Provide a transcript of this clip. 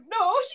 no